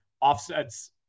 offsets